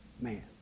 man